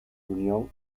unión